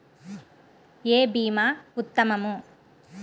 ఏ భీమా ఉత్తమము?